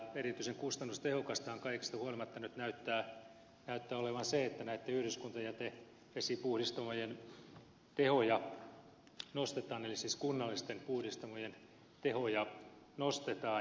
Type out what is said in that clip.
erityisen kustannustehokastahan kaikesta huolimatta nyt näyttää olevan se että näitten yhdyskuntajäte esipuhdistamojen tehoja nostetaan eli siis kunnallisten puhdistamojen tehoja nostetaan